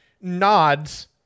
nods